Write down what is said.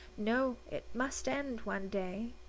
no it must end one day.